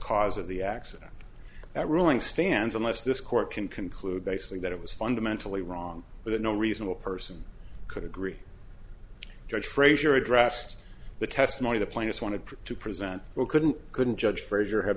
cause of the accident that ruling stands unless this court can conclude basically that it was fundamentally wrong but no reasonable person could agree judge frazier addressed the testimony the plaintiffs want to try to present well couldn't couldn't judge frazier ha